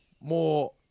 more